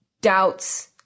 doubts